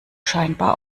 scheinbar